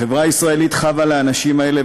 החברה הישראלית חבה לאנשים האלה,